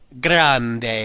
grande